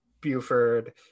Buford